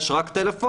יש רק קשר,